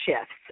shifts